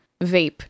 vape